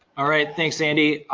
all right thanks andy.